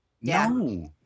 No